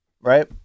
right